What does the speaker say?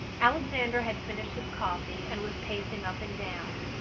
alexander had finished his coffee and was pacing up and down.